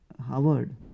Harvard